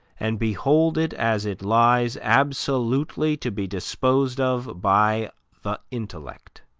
and behold it as it lies absolutely to be disposed of by the intellect